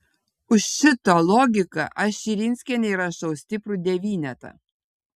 už šitą logiką aš širinskienei rašau stiprų devynetą